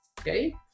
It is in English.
okay